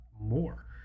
more